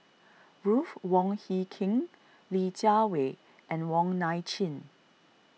Ruth Wong Hie King Li Jiawei and Wong Nai Chin